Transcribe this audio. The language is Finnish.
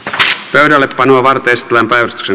pöydällepanoa varten esitellään päiväjärjestyksen